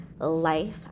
life